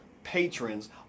Patrons